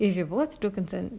if you both do consent